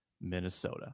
Minnesota